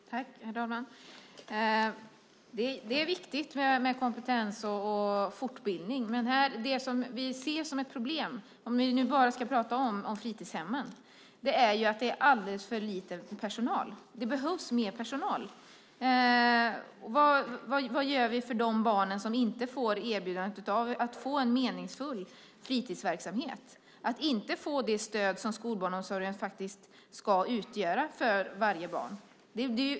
Herr talman! Det är viktigt med kompetens och fortbildning. Men det vi ser som ett problem - om vi nu ska prata bara om fritidshemmen - är att det är alldeles för lite personal. Det behövs mer personal. Vad gör vi för de barn som inte erbjuds en meningsfull fritidsverksamhet, som inte får det stöd som skolbarnomsorgen faktiskt ska utgöra för varje barn?